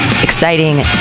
Exciting